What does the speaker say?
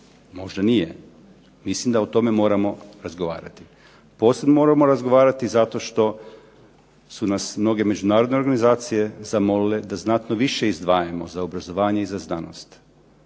Možda nije. Mislim da o tome moramo razgovarati. Posebno moramo razgovarati zato što su nas mnoge međunarodne organizacije zamolite da znatno više izdvajamo za obrazovanje i za znanost.